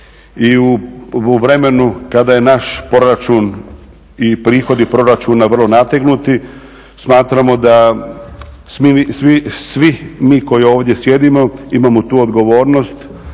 u vremenu kada je naš proračun i prihodi proračuna vrlo nategnuti, smatramo da svi mi koji ovdje sjedimo imamo tu odgovornost